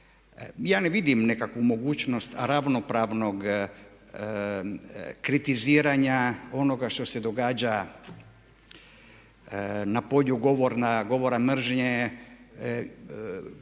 Ja ne vidim nikakvu mogućnost ravnopravnog kritiziranja onoga što se događa na polju govora mržnje.